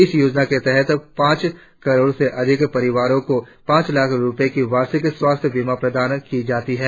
इस योजना के तहत पांच करोड़ से अधिक परिवारों को पांच लाख रुपये का वार्षिक स्वास्थ्य बीमा प्रदान किया जाता हैं